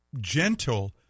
gentle